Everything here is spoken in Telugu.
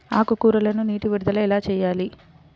ఆకుకూరలకు నీటి విడుదల ఎలా చేయాలి?